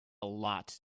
lot